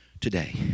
today